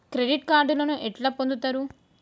Credit కార్డులను ఎట్లా పొందుతరు?